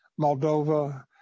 Moldova